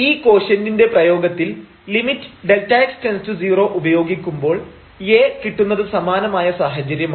ഈ കോഷ്യന്റിന്റെ പ്രയോഗത്തിൽ limit Δx→0 ഉപയോഗിക്കുമ്പോൾ A കിട്ടുന്നത് സമാനമായ സാഹചര്യമാണ്